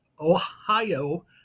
Ohio